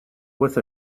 with